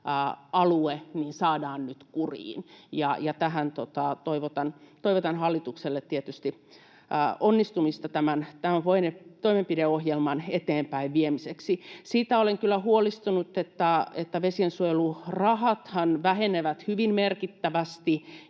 alue, saadaan nyt kuriin, ja toivotan hallitukselle tietysti onnistumista tämän toimenpideohjelman eteenpäin viemiseksi. Siitä olen kyllä huolestunut, että vesiensuojelurahathan vähenevät hyvin merkittävästi.